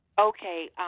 Okay